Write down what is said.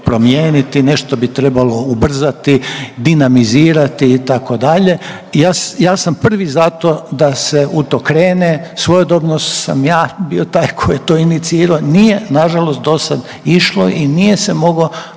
promijeniti, nešto bi trebalo ubrzati, dinamizirati itd. Ja sam prvi za to da se u to krene. Svojedobno sam ja bio taj koji je to inicirao. Nije na žalost do sad išlo i nije se mogao